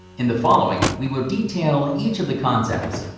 in the following we will detail each of the concepts.